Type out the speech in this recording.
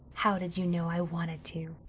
how did you know i wanted to?